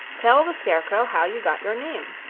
tell the scarecrow how you got your name.